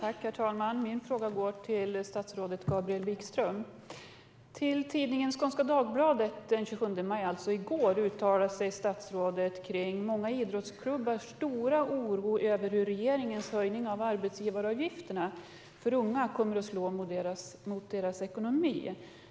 Herr talman! Min fråga går till statsrådet Gabriel Wikström. I tidningen Skånska Dagbladet uttalade sig statsrådet i går, alltså den 27 maj, om många idrottsklubbars stora oro över hur regeringens höjning av arbetsgivaravgifterna för unga kommer att slå mot deras ekonomi.